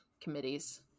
committees